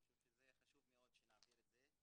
אני חושב שחשוב מאוד שנעביר את זה,